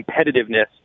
competitiveness